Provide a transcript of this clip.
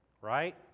right